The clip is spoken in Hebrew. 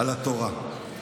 על התורה.